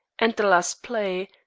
and the last play,